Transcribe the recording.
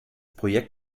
projekt